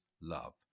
love